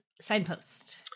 signpost